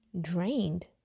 drained